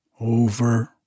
Over